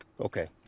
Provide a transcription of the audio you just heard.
Okay